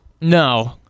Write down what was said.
No